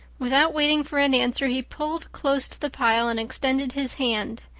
without waiting for an answer he pulled close to the pile and extended his hand.